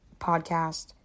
Podcast